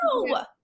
no